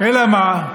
אלא מה,